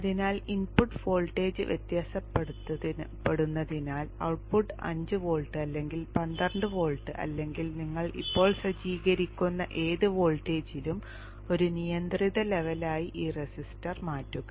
അതിനാൽ input voltage വ്യത്യാസപ്പെടുന്നതിനാൽ output 5 volt അല്ലെങ്കിൽ 12 വോൾട്ട് അല്ലെങ്കിൽ നിങ്ങൾ ഇപ്പോൾ സജ്ജീകരിക്കുന്ന ഏത് വോൾട്ടേജിലും ഒരു നിയന്ത്രിത ലെവലായി ഈ റെസിസ്റ്റർ മാറ്റുക